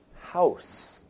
house